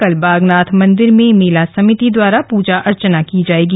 कल बागनाथ मंदिर में मेला समिति द्वारा पूजा अर्चना की जाएगी